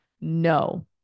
no